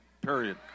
period